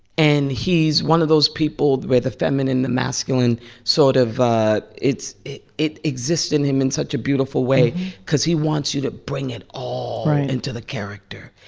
and he's one of those people where the feminine, the masculine sort of it it exists in him in such a beautiful way because he wants you to bring it all into the character.